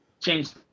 changed